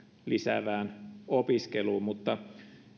lisäävään opiskeluun mutta